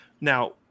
now